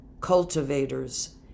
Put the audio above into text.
Cultivators